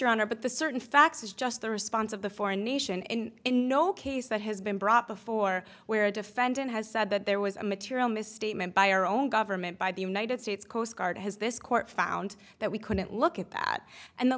honor but the certain facts is just the response of the foreign nation and in no case that has been brought before where a defendant has said that there was a material misstatement by our own government by the united states coast guard has this court found that we couldn't look at that and the